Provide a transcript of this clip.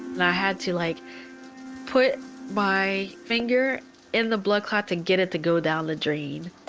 and i had to like put my finger in the blood clot to get it to go down the drain